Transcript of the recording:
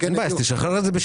אז תשחרר את זה בשלבים.